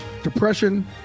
depression